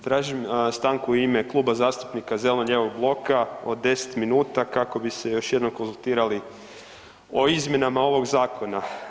Tražim stanku u ime Kluba zastupnika zeleno-lijevog bloka od 10 minuta kako bi se još jednom konzultirali o izmjenama ovog zakona.